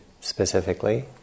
specifically